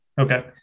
Okay